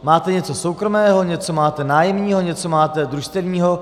Máte něco soukromého, něco máte nájemního, něco máte družstevního.